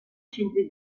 centri